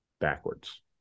backwards